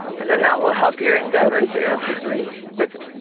and then that will help your endeavor to switch it.